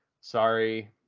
sorry